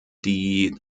die